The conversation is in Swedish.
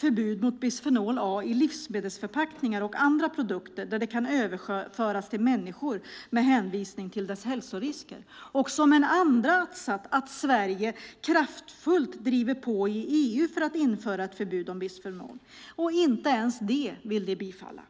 förbud mot bisfenol A i livsmedelsförpackningar och andra produkter där det kan överföras till människor med hänvisning till dess hälsorisker. Som andra att-sats föreslår vi att Sverige kraftfullt driver på i EU för att införa ett förbud mot bisfenol. Inte ens det vill utskottsmajoriteten bifalla.